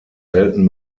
selten